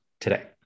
today